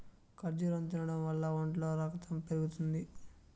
ఖర్జూరం తినడం వల్ల ఒంట్లో రకతం పెరుగుతుంది